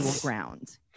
ground